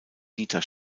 dieter